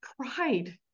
cried